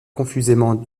confusément